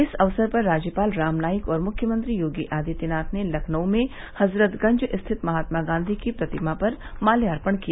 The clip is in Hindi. इस अवसर पर राज्यपाल राम नाईक और मुख्यमंत्री योगी आदित्यनाथ ने लखनऊ में हजरतगंज स्थित महात्मा गांधी की प्रतिमा पर मात्यार्पण किया